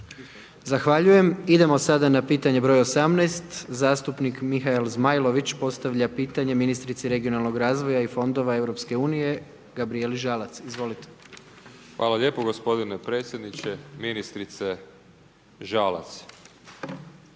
Zahvaljujem idemo sada na pitanje broj 18. zastupnik Mihael Zmajlović, postavlja pitanje ministrici regionalnog razvoja i fondova EU Gabrijeli Žalac. **Zmajlović, Mihael (SDP)** Hvala lijepo gospodine predsjedniče, ministrice Žalac.